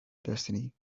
destiny